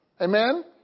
Amen